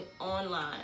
online